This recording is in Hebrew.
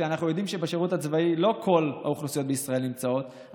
אנחנו יודעים שבשירות הצבאי לא כל האוכלוסיות בישראל נמצאות,